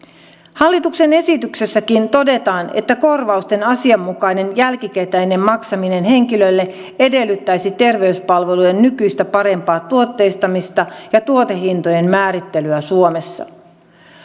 hallituksen esityksessäkin todetaan että korvausten asianmukainen jälkikäteinen maksaminen henkilölle edellyttäisi terveyspalvelujen nykyistä parempaa tuotteistamista ja tuotehintojen määrittelyä suomessa